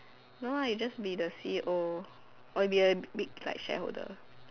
no ah just be the C_E_O or be like a big like shareholder